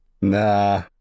Nah